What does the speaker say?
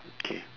okay